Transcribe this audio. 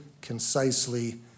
concisely